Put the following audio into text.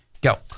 Go